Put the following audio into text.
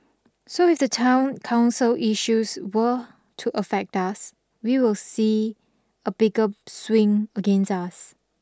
so if the town council issues were to affect us we will see a bigger swing against us